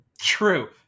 True